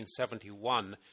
1971